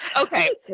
Okay